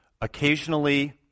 Occasionally